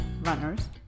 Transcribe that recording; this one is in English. runners